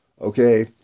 Okay